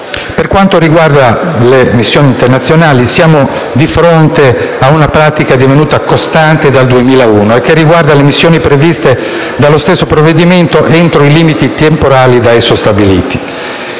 Per quanto riguarda le missioni internazionali, siamo di fronte a una pratica divenuta costante dal 2001, e che riguarda le missioni previste dallo stesso provvedimento entro i limiti temporali da esso stabiliti.